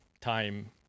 time